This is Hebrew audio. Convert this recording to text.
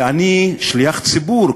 ואני שליח ציבור,